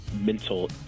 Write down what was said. mental